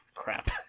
crap